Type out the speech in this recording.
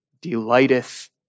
delighteth